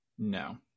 No